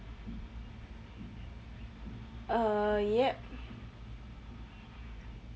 uh yup